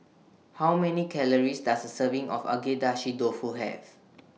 How Many Calories Does A Serving of Agedashi Dofu Have